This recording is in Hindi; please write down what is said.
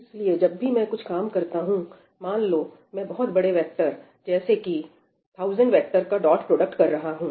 इसलिए जब भी मैं कुछ काम करता हूं मान लो मैं बहुत बड़े वेक्टर जैसे कि 1000 वेक्टर का डॉट प्रोडक्ट कर रहा हूं